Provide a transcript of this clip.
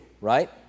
right